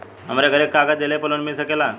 हमरे घरे के कागज दहिले पे लोन मिल सकेला?